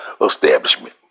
establishment